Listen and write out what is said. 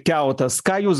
kiautas ką jūs